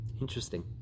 Interesting